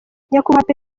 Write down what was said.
nyakubahwa